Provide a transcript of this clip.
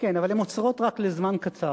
כן, אבל הן עוצרות רק לזמן קצר.